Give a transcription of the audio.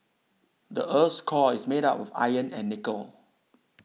the earth's core is made of iron and nickel